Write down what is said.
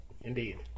Indeed